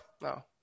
no